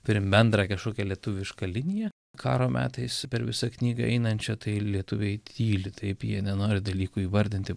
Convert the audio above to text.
turim bendrą kažkokią lietuvišką liniją karo metais per visą knygą einančią tai lietuviai tyli taip jie nenori dalykų įvardinti